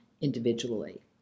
individually